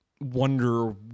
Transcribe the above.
wonder